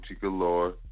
Galore